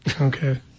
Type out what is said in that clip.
Okay